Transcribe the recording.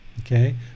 okay